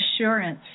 assurance